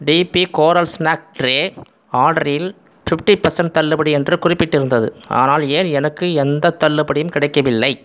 DP coral snack tray ஆர்டரில் fifty percent தள்ளுபடி என்று குறிப்பிட்டிருந்தது ஆனால் ஏன் எனக்கு எந்த தள்ளுபடியும் கிடைக்கவில்லை